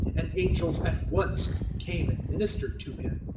and angels at once came and ministered to him.